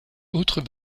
autres